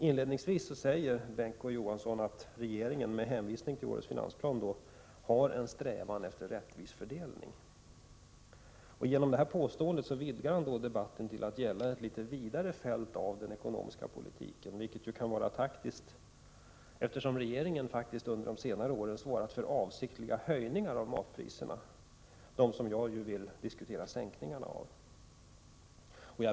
Inledningsvis säger Bengt K Å Johansson, med hänvisning till årets finansplan, att regeringen har en strävan efter en rättvis fördelning. Genom detta påstående vidgar han debatten till att gälla ett vidare fält av den ekonomiska politiken, vilket kan vara taktiskt, eftersom regeringen under senare år har svarat för avsiktliga höjningar av matpriserna — som jag vill diskutera en sänkning av.